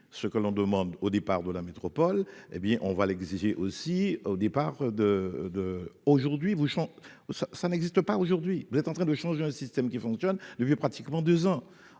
ce que l'on demande au départ de la métropole, hé bien, on va l'exiger aussi au départ de de aujourd'hui vous Jean oh, ça, ça n'existe pas aujourd'hui, vous êtes en train de changer un système qui fonctionne depuis pratiquement 2 ans,